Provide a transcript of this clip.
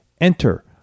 Enter